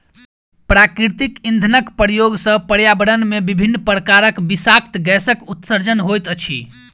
प्राकृतिक इंधनक प्रयोग सॅ पर्यावरण मे विभिन्न प्रकारक विषाक्त गैसक उत्सर्जन होइत अछि